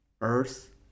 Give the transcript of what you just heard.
Earth